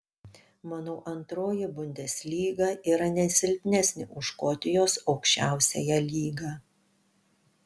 manau antroji bundeslyga yra ne silpnesnė už škotijos aukščiausiąją lygą